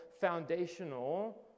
foundational